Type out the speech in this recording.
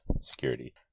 security